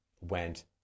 went